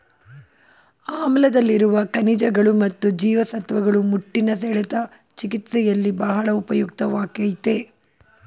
ಆಮ್ಲಾದಲ್ಲಿರುವ ಖನಿಜಗಳು ಮತ್ತು ಜೀವಸತ್ವಗಳು ಮುಟ್ಟಿನ ಸೆಳೆತ ಚಿಕಿತ್ಸೆಯಲ್ಲಿ ಬಹಳ ಉಪಯುಕ್ತವಾಗಯ್ತೆ